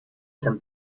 some